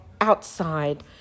outside